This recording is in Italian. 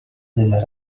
della